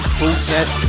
process